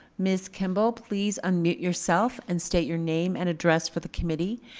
ms. kimball, please unmute yourself and state your name and address for the committee.